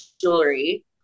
jewelry